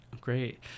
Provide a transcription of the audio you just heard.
Great